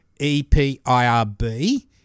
EPIRB